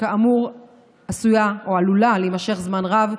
שכאמור עשויה או עלולה להימשך זמן רב.